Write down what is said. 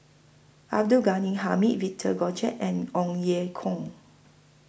Abdul Ghani Hamid Victor Doggett and Ong Ye Kung